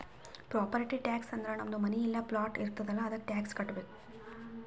property tax ಅಂದುರ್ ನಮ್ದು ಮನಿ ಇಲ್ಲಾ ಪ್ಲಾಟ್ ಇರ್ತುದ್ ಅಲ್ಲಾ ಅದ್ದುಕ ಟ್ಯಾಕ್ಸ್ ಕಟ್ಟಬೇಕ್